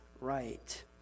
right